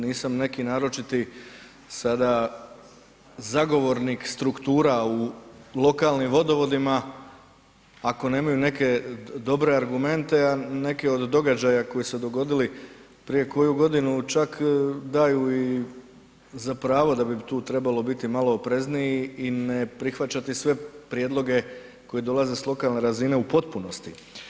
Nisam neki naročiti sada zagovornik struktura u lokalnim vodovodima ako nemaju neke dobre argumente a neke od događaja koji su se dogodili prije koju godinu čak daju i za pravo da bi tu trebalo biti malo oprezniji i ne prihvaćati sve prijedloge koji dolaze s lokalne razine u potpunosti.